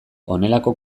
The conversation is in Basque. honelako